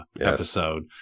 episode